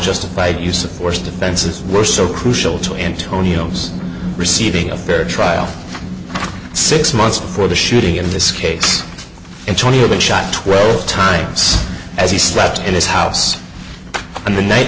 justified use of force defenses were so crucial to antonio's receiving a fair trial six months before the shooting in this case and twenty of them shot twelve times as he sat in his house and the night